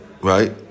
right